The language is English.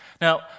Now